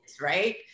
right